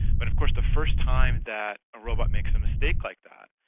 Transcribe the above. but of course the first time that a robot makes a mistake like that,